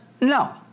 No